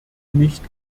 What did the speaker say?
nicht